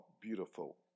Beautiful